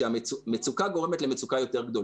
מצוקה גורמת למצוקה גדולה יותר,